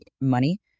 money